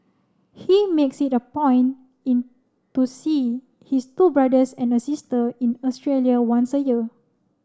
he makes it a point in to see his two brothers and a sister in Australia once a year